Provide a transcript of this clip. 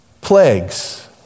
plagues